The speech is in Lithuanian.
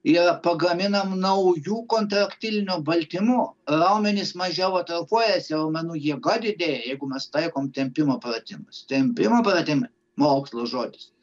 jie pagaminam naujų kontraktilinių baltymų raumenys mažiau atrofuojasi raumenų jėga didėja jeigu mes taikom tempimo pratimus tempimo pratimai mokslo žodis